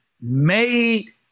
made